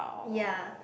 yea